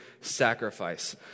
sacrifice